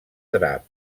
drap